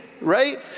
right